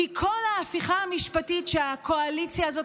כי כל ההפיכה המשפטית שהקואליציה הזאת